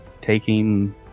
taking